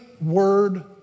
word